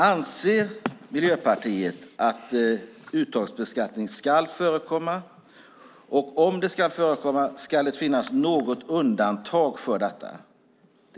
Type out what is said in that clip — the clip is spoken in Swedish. Anser Miljöpartiet att uttagsbeskattning ska förekomma? Om det ska förekomma, ska det då finnas något undantag från det?